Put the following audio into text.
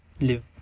live